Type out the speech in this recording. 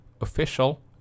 official